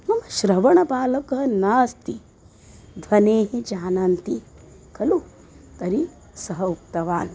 श्रवणबालकः नास्ति ध्वनेः जानन्ति खलु तर्हि सः उक्तवान्